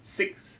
six